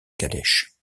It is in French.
calèche